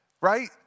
right